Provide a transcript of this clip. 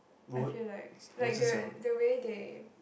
I feel like like the the way they